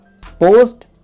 post